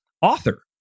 author